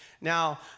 Now